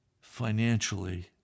financially